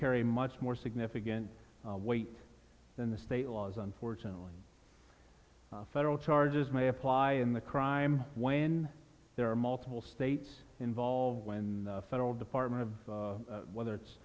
carry much more significant weight than the state laws unfortunately federal charges may apply in the crime when there are multiple states involved when the federal department of whether it's